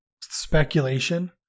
speculation